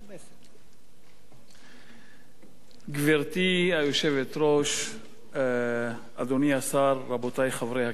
גברתי היושבת-ראש, אדוני השר, רבותי חברי הכנסת,